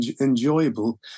enjoyable